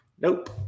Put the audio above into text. Nope